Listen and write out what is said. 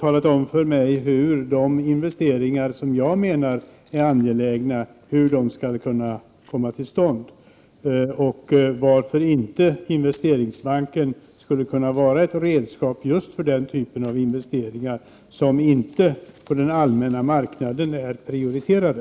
talat om för mig hur de investeringar som jag menar är angelägna skall kunna komma till stånd, och varför inte Investeringsbanken skulle kunna vara ett redskap för just den typen av investeringar som inte på den allmänna marknaden är prioriterade.